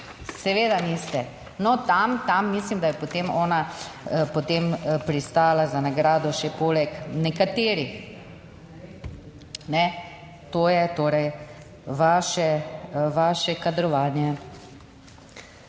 Seveda niste no, tam, tam mislim, da je potem ona potem pristala za nagrado še poleg nekaterih ne to je torej vaše, vaše kadrovanje.